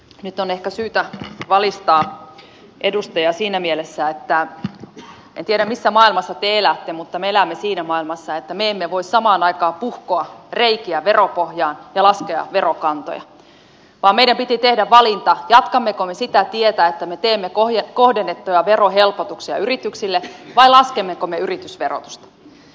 nyt on ehkä syytä valistaa edustajaa siinä mielessä että en tiedä missä maailmassa te elätte mutta me elämme siinä maailmassa että me emme voi samaan aikaan puhkoa reikiä veropohjaan ja laskea verokantoja vaan meidän piti tehdä valinta jatkammeko me sitä tietä että me teemme kohdennettuja verohelpotuksia yrityksille vai laskemmeko me yritysverotusta